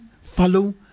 follow